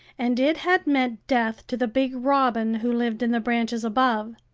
and it had meant death to the big robin who lived in the branches above.